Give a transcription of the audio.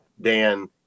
Dan